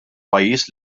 pajjiż